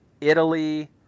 italy